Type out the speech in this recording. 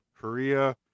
korea